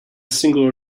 single